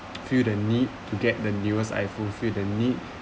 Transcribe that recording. feel the need to get the newest iphone feel the need